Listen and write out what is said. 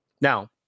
Now